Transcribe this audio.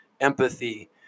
empathy